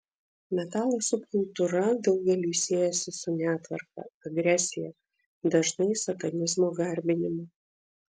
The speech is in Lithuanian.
metalo subkultūra daugeliui siejasi su netvarka agresija dažnai satanizmo garbinimu